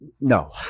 no